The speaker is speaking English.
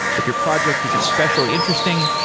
if your project is especially interesting,